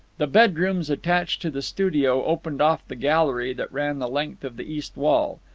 the bedrooms attached to the studio opened off the gallery that ran the length of the east wall.